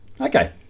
Okay